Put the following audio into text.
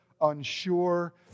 unsure